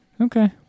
Okay